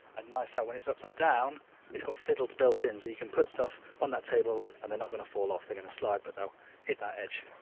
and nice that when it's upside down it's got fiddles built in, so you can put stuff on that table and they're not going to fall off, they're going to slide but they'll hit that edge,